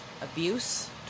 abuse